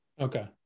Okay